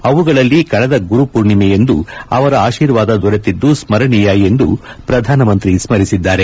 ಅವುಗಳಲ್ಲಿ ಕಳೆದ ಗುರುಪೂರ್ಣಿಮೆಯಂದು ಅವರ ಆಶೀರ್ವಾದ ದೊರೆತಿದ್ದು ಸ್ಮರಣೀಯ ಎಂದು ಪ್ರಧಾನಮಂತ್ರಿ ಸ್ಮರಿಸಿದ್ದಾರೆ